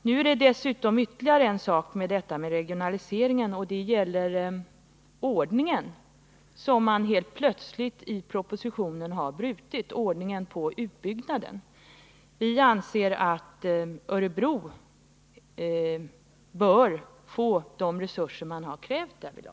När det gäller regionaliseringen har man dessutom helt plötsligt i propositionen brutit ordningen för utbyggnaden. Vi anser att Örebro bör få de resurser man därifrån har krävt.